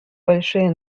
большие